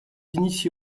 initié